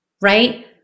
Right